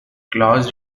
clause